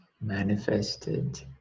manifested